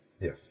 Yes